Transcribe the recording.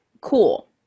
Cool